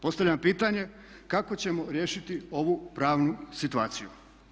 Postavljam pitanje kako ćemo riješiti ovu pravnu situaciju.